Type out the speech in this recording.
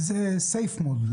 זה safe mode.